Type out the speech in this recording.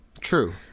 True